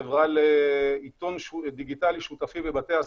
חברה לעיתון דיגיטלי שותפי בבתי הספר,